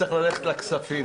(הישיבה נפסקה בשעה 10:05